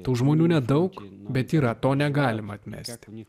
tų žmonių nedaug bet yra to negalima atmesti nes